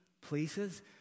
places